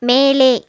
மேலே